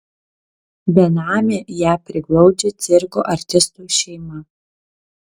benamę ją priglaudžia cirko artistų šeima